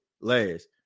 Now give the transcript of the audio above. last